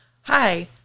Hi